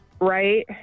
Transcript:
right